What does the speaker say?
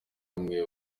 hamwe